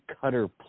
cutter